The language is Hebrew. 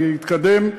להתקדם,